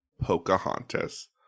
pocahontas